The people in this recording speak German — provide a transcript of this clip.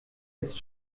ist